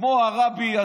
כמו הרבי,